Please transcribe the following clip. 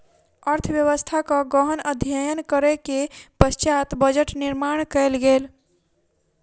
अर्थव्यवस्थाक गहन अध्ययन करै के पश्चात बजट निर्माण कयल गेल